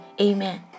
Amen